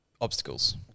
Obstacles